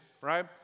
right